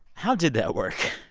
how did that work?